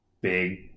big